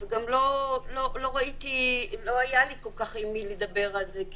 וגם לא היה לי כל כך עם מי לדבר על זה,